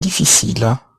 difficile